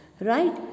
Right